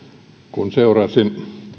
kun seurasin